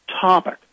topic